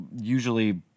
usually